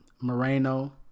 Moreno